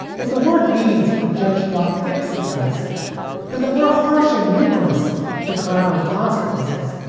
if the word means what judge block thinks it does. then the more harsh and numerous the collateral consequences,